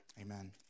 amen